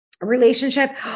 relationship